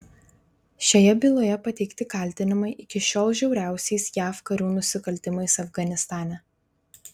šioje byloje pateikti kaltinimai iki šiol žiauriausiais jav karių nusikaltimais afganistane